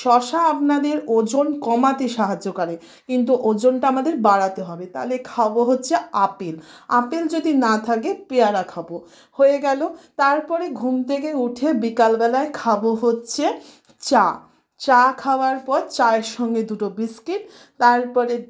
শশা আপনাদের ওজন কমাতে সাহায্য করে কিন্তু ওজনটা আমাদের বাড়াতে হবে তাহলে খাবো হচ্ছে আপেল আপেল যদি না থাকে পেয়ারা খাবো হয়ে গেলো তারপরে ঘুম থেকে উঠে বিকাল বেলায় খাবো হচ্ছে চা চা খাওয়ার পর চায়ের সঙ্গে দুটো বিস্কিট তারপরে